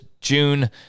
June